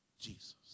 Jesus